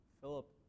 Philip